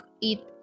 eat